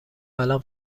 الان